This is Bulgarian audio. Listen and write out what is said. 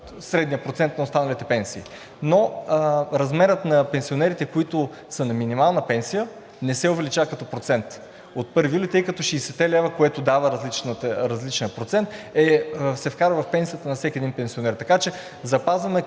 средният процент на останалите пенсии. Но размерът за пенсионерите на минимална пенсия не се увеличава като процент от 1 юли, тъй като 60-те лв., което дава различният процент, се вкарва в пенсията на всеки един пенсионер, така че към